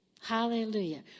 Hallelujah